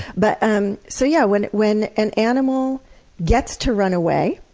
but um so yeah when when an animal gets to run away,